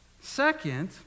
Second